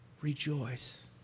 Rejoice